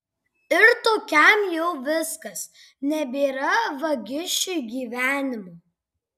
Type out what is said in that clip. ir tokiam jau viskas nebėra vagišiui gyvenimo